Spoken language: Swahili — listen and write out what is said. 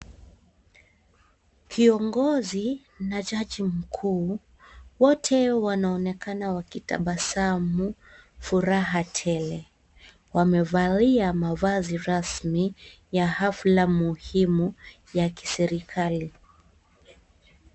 Kiongozi na jaji mkuu. Wote wanaonekana wakitabasamu , furaha tele. Wamevalia mavazi rasmi ya hafla muhimu ya kiserikali.